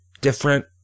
different